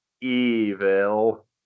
Evil